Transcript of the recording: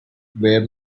where